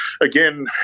Again